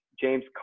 James